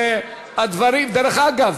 ודרך אגב,